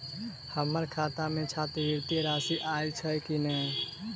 हम्मर खाता मे छात्रवृति राशि आइल छैय की नै?